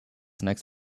next